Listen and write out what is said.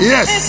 Yes